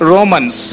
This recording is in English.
Romans